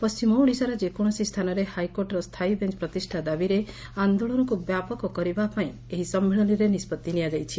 ପଣ୍ଟିମ ଓଡ଼ିଶାର ଯେକୌଣସି ସ୍ରାନରେ ହାଇକୋର୍ଟର ସ୍ରାୟୀ ବେଞ୍ ପ୍ରତିଷ୍ଷା ଦାବିରେ ଆନ୍ଦୋଳନକୁ ବ୍ୟାପକ କରିବା ପାଇଁ ଏହି ସଶ୍ମିଳନୀରେ ନିଷ୍ବତି ନିଆଯାଇଛି